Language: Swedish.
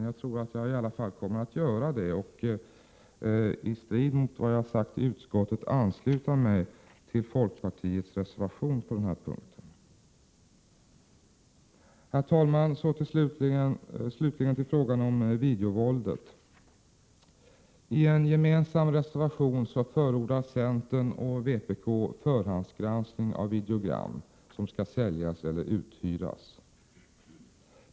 Jag tror att jag i alla fall kommer att göra det och, i strid mot vad jag har sagt i utskottet, ansluta mig till folkpartiets reservation på denna punkt. Herr talman! Slutligen vill jag säga några ord om frågan om videovåldet. I en gemensam reservation förordar centern och vpk förhandsgranskning av videogram som skall säljas eller uthyras.